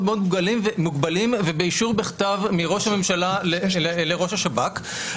מאוד מוגבלים ובאישור בכתב מראש הממשלה לראש השב"כ,